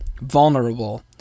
vulnerable